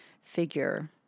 figure